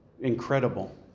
incredible